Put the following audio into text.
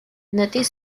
notez